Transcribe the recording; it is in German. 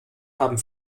haben